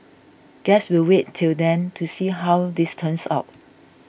guess we'll wait till then to see how this turns out